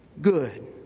good